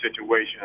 situation